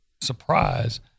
surprise